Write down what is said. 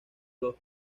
los